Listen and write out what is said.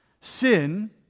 sin